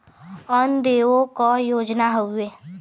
अन्न देवे क योजना हव